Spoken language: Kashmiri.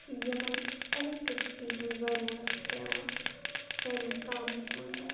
یِمَن اٮ۪لیکٹِرٛکسِٹی ہٕنٛز ضٔروٗرتھ چھِ پٮ۪وان سٲنِس گامس منٛز